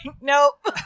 nope